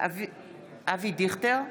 אבי דיכטר,